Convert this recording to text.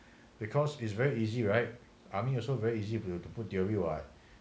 because it's very easy right army also very easy for you to put theory [what]